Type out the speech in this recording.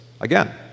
again